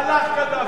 הלך קדאפי,